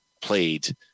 played